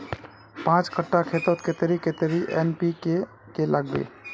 पाँच कट्ठा खेतोत कतेरी कतेरी एन.पी.के के लागबे?